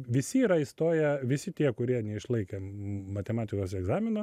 visi yra įstoję visi tie kurie neišlaikė matematikos egzamino